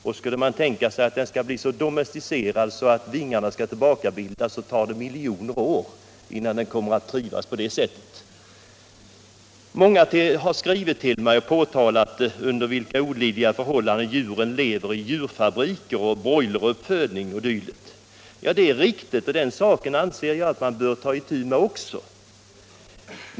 Och skulle man tänka sig att den skall bli så domesticerad att vingarna tillbakabildas tar det miljoner år. Många har skrivit till mig och påtalat under vilka olidliga förhållanden djuren lever i djurfabriker för broileruppfödning o. d. Ja, det är riktigt, och den saken anser jag att man också bör ta itu med.